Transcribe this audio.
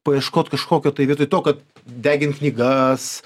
paieškot kažkokio tai vietoj to kad degint knygas